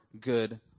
good